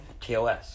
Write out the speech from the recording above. TOS